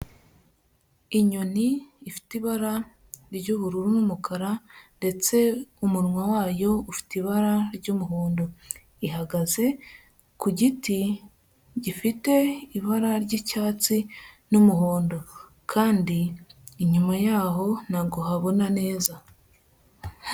Inyoni ifite ibara ry'ubururu n'umukara ndetse umunwa wayo ufite ibara ry'umuhondo, ihagaze ku giti gifite ibara ry'icyatsi n'umuhondo kandi inyuma yaho ntago habona neza.